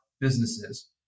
businesses